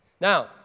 Now